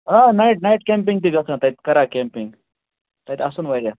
آ night night camping تہِ گَژھان تَتہِ کَران کیٚمپِنٛگ تَتہِ آسن واریاہ